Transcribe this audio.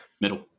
Middle